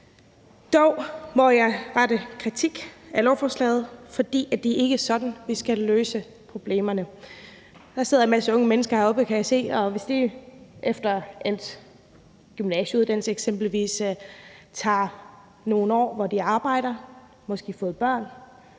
Dog må jeg rette kritik af lovforslaget, for det er ikke sådan, vi skal løse problemerne. Der sidder en masse unge mennesker heroppe, kan jeg se, og hvis de efter endt gymnasieuddannelse eksempelvis tager nogle år, hvor de arbejder, har måske fået børn,